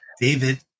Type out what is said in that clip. David